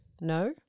No